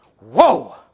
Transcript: Whoa